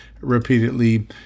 repeatedly